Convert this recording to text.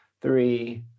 three